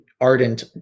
ardent